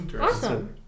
Awesome